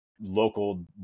local